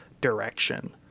direction